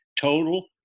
total